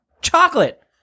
chocolate